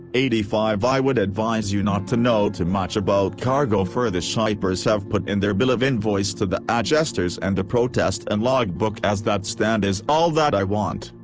eighty five i wood advise you not to know to much a bout cargo fer the shipers have put in their bill of invoice to the adgestors and the protest and log book as that stand is all that i want.